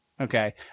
Okay